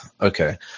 okay